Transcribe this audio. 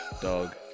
dog